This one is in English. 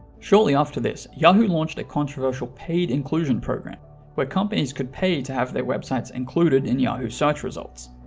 shortly after this, yahoo launched a controversial paid inclusion program where companies could pay to have their websites included in yahoo search results.